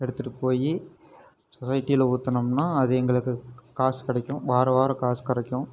எடுத்துட்டு போய் சொசைட்டியில் ஊற்றினோம்னா அது எங்களுக்கு காசு கிடைக்கும் வாரம் வாரம் காசு கிடைக்கும்